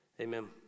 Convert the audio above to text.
amen